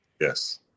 yes